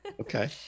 okay